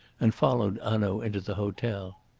and followed hanaud into the hotel.